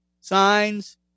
signs